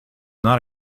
not